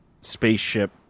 spaceship